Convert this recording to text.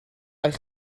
eich